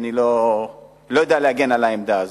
אני לא יודע להגן על העמדה הזאת.